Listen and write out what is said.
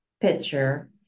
picture